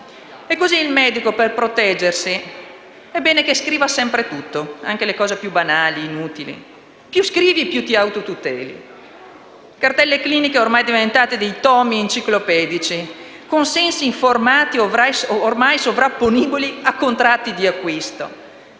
E così il medico, per proteggersi, è bene che scriva sempre tutto, anche le cose più banali e inutili. Più scrivi e più ti autotuteli. Cartelle cliniche ormai diventate dei tomi enciclopedici, consensi informati ormai sovrapponibili a contratti di acquisto;